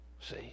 See